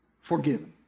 forgiven